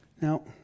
Now